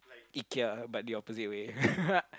Ikea but the opposite way